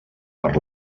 per